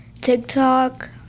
TikTok